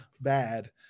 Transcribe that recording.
bad